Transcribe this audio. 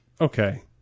Okay